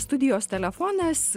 studijos telefonas